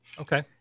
Okay